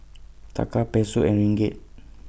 Taka Peso and Ringgit